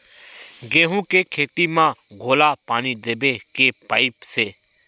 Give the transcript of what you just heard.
गेहूं के खेती म घोला पानी देबो के पाइप से?